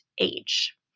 age